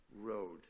road